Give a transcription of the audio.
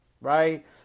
right